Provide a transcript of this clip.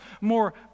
more